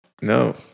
No